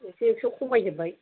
एकस' एकस' खमायजोबबाय